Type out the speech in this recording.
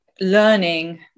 Learning